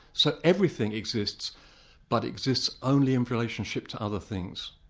so everything exists but exists only in relationship to other things.